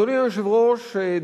אדוני היושב-ראש,